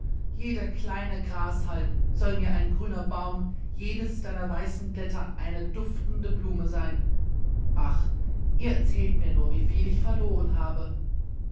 jeder kleine grashalm soll mir ein grüner baum jedes deiner weißen blätter eine duftende blume sein ach ihr erzählt mir nur wieviel ich verloren habe